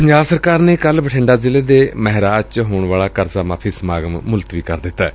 ਪੰਜਾਬ ਸਰਕਾਰ ਨੇ ਕੱਲੂ ਬਠਿੰਡਾ ਜ਼ਿਲ੍ਹੇ ਦੇ ਮਹਿਰਾਜ ਚ ਹੋਣ ਵਾਲਾ ਕਰਜ਼ਾ ਮਾਫ਼ੀ ਸਮਾਗਮ ਮੁਲਤਵੀ ਕਰ ਦਿੱਤੈ